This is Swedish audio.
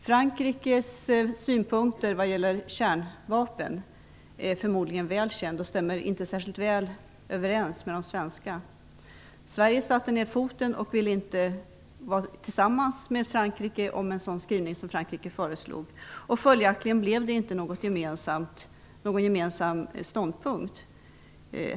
Frankrikes synpunkter när det gäller kärnvapen är förmodligen väl kända och stämmer inte särskilt väl överens med de svenska. Sverige satte ner foten och ville inte vara tillsammans med Frankrike om en sådan skrivning som Frankrike föreslog. Följdaktligen blev det inte någon gemensam ståndpunkt.